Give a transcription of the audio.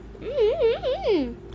mmm